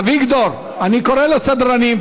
אביגדור, אני קורא לסדרנים.